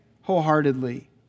wholeheartedly